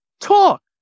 talk